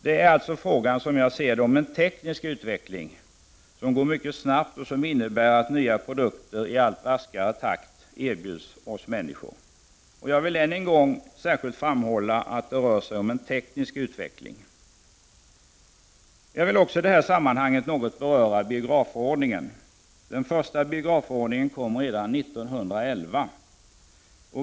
Det är fråga om en teknisk utveckling som går mycket snabbt och som innebär att nya produkter i allt raskare takt erbjuds oss människor. Jag vill än en gång särskilt framhålla att det rör sig om teknisk utveckling. Jag vill också i detta sammanhang något beröra biografförordningen. Den första biografförordningen kom redan år 1911.